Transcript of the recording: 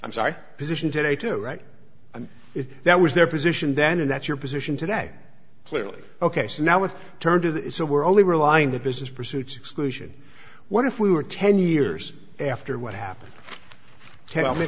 i'm sorry position today to right and if that was their position then and that's your position today clearly ok so now let's turn to that it's a we're only relying the business pursuits exclusion what if we were ten years after what happened tell me